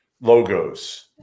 logos